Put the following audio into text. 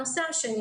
הנושא השני